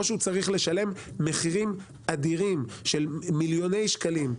או שהוא צריך לשלם מחירים אדירים של מיליוני שקלים.